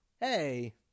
Hey